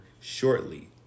shortly